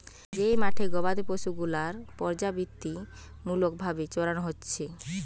যেই মাঠে গোবাদি পশু গুলার পর্যাবৃত্তিমূলক ভাবে চরানো হচ্ছে